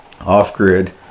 off-grid